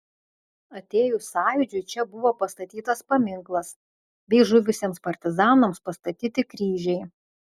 atėjus sąjūdžiui čia buvo pastatytas paminklas bei žuvusiems partizanams pastatyti kryžiai